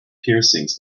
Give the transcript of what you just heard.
piercings